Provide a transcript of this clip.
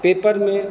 paper में